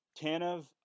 Tanev